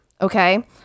okay